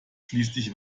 schließlich